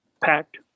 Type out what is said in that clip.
packed